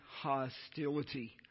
hostility